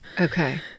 okay